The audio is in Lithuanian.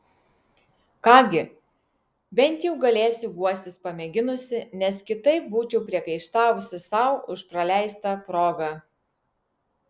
ką gi bent jau galėsiu guostis pamėginusi nes kitaip būčiau priekaištavusi sau už praleistą progą